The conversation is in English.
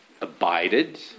abided